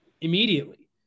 Immediately